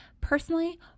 personally